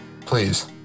please